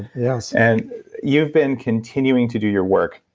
yes and you've been continuing to do your work,